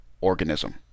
organism